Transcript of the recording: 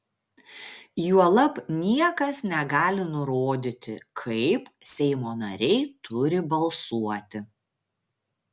juolab niekas negali nurodyti kaip seimo nariai turi balsuoti